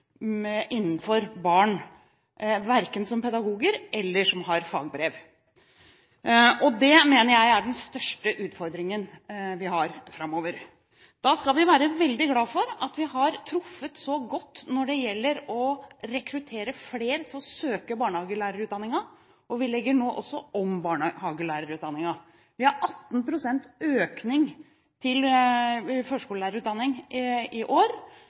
utdanning innenfor området barn, verken som pedagoger eller med fagbrev. Det mener jeg er den største utfordringen vi har framover. Da skal vi være veldig glad for at vi har truffet så godt når det gjelder å rekruttere flere til å søke barnehagelærerutdanningen. Vi legger nå også om barnehagelærerutdanningen. Vi har 18 pst. økning til førskolelærerutdanningen i år.